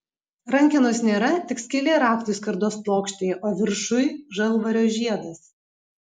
rankenos nėra tik skylė raktui skardos plokštėje o viršuj žalvario žiedas